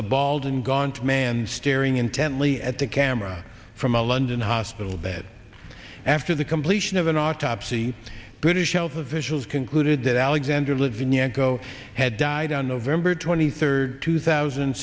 the balding gaunt man staring intently at the camera from a london hospital bed after the completion of an autopsy british health officials concluded that alexander litvinenko had died on november twenty third two thousand